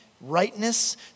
rightness